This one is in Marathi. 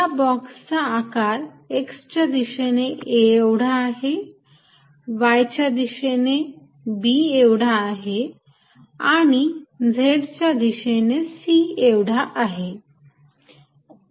या बॉक्स चा आकार x च्या दिशेने a एवढा आहे y च्या दिशेने b एवढा आहे आणि z च्या दिशेने c एवढा आहे